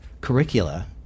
curricula